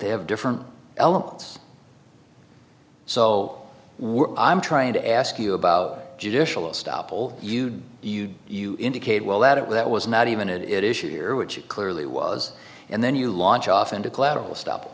they have different elements so i'm trying to ask you about judicial stoppel you do you indicate well that it was that was not even it issue here which it clearly was and then you launch off into collateral stop